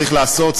צריך לעשות,